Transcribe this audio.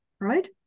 right